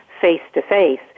face-to-face